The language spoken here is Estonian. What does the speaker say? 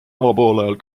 avapoolajal